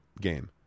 game